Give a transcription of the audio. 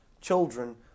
children